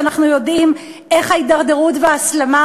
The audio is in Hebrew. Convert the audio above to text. כשאנחנו יודעים איך ההידרדרות וההסלמה